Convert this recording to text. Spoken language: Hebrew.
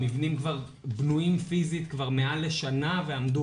המבנים כבר בנויים פיזית מעל לשנה ועמדו